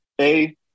A-